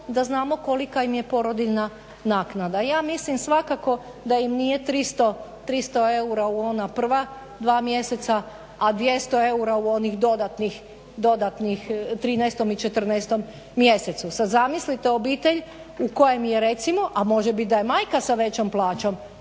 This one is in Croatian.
da znamo kolika im je podrodiljna naknada. Ja mislim svakako da im nije 300 eura u ona prva 2 mjeseca, a 200 u onih dodatnih 13.i 14.mjesecu. sada zamislite obitelj u kojem je recimo, a može biti da je majka sa većom plaćom